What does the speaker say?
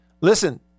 Listen